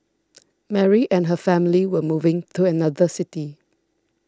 Mary and her family were moving to another city